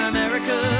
America